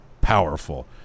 powerful